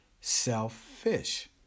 selfish